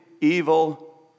evil